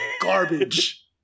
garbage